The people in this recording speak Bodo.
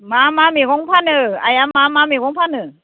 मा मा मैगं फानो आइया मा मा मैगं फानो